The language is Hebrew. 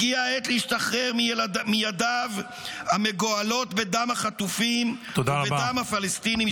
הגיעה העת להשתחרר מידיו המגואלות בדם החטופים -- תודה רבה.